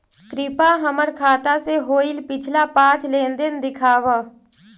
कृपा हमर खाता से होईल पिछला पाँच लेनदेन दिखाव